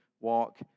walk